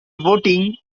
voting